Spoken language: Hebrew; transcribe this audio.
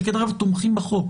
שכנראה תומכים בחוק